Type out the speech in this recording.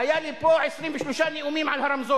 והיו לי פה 23 נאומים על הרמזור.